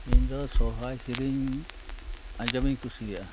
ᱤᱧ ᱫᱚ ᱥᱚᱦᱚᱨᱟᱭ ᱥᱮᱨᱮᱧ ᱟᱸᱡᱚᱢ ᱤᱧ ᱠᱩᱥᱤᱭᱟᱜᱼᱟ